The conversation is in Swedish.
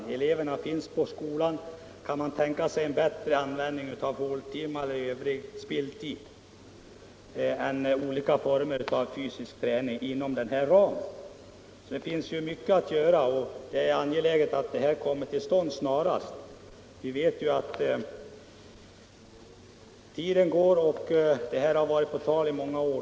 Men eleverna finns ju på skolan; kan man då tänka sig en bättre användning av håltimmar och annan spilltid än olika former av fysisk träning — alltså inom den angivna ramen? Det finns mycket att göra där. Och det är angeläget att det görs snarast. Detta har varit på tal i många år, men tiden bara går.